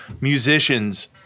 musicians